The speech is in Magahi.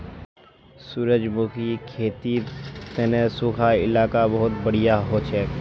सूरजमुखीर खेतीर तने सुखा इलाका बहुत बढ़िया हछेक